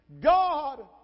God